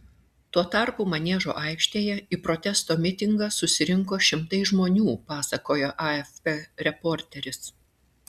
tuo tarpu maniežo aikštėje į protesto mitingą susirinko šimtai žmonių pasakojo afp reporteris